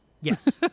Yes